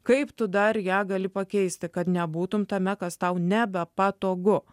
kaip tu dar ją gali pakeisti kad nebūtum tame kas tau nebepatogu